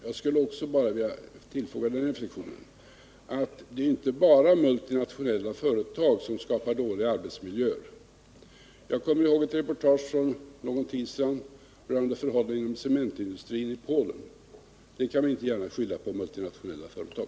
Jag vill bara tillfoga den reflexionen att det inte bara är multinationella företag som skapar dåliga arbetsmiljöer. Jag såg för någon tid sedan ett reportage rörande cementindustrin i Polen. Den dåliga arbetsmiljön där kan man inte gärna skylla på multinationella företag.